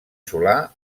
solà